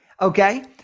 Okay